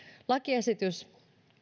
lakiesitys